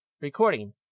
Recording